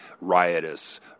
riotous